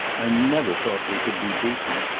i never thought we could be beaten.